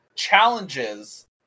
challenges